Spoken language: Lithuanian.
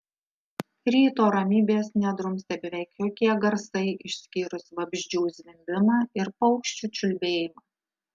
ryto ramybės nedrumstė beveik jokie garsai išskyrus vabzdžių zvimbimą ir paukščių čiulbėjimą